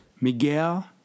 Miguel